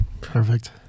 Perfect